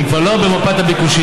הם כבר לא במפת הביקושים,